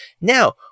now